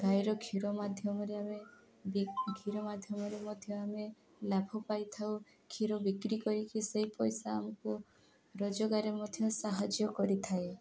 ଗାଈର କ୍ଷୀର ମାଧ୍ୟମରେ ଆମେ କ୍ଷୀର ମାଧ୍ୟମରେ ମଧ୍ୟ ଆମେ ଲାଭ ପାଇଥାଉ କ୍ଷୀର ବିକ୍ରି କରିକି ସେଇ ପଇସା ଆମକୁ ରୋଜଗାର ମଧ୍ୟ ସାହାଯ୍ୟ କରିଥାଏ